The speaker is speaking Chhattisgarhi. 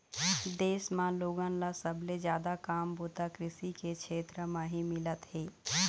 देश म लोगन ल सबले जादा काम बूता कृषि के छेत्र म ही मिलत हे